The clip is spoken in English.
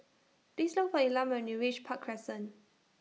Please Look For Elam when YOU REACH Park Crescent